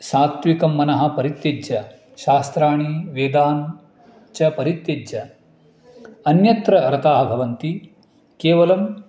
सात्विकं मनः परित्यज्य शास्त्राणि वेदान् च परित्यज्य अन्यत्र रथाः भवन्ति केवलं